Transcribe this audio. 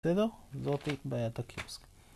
בסדר? זאת בעיית הקיוסק.